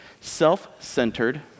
self-centered